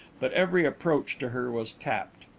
but every approach to her was tapped.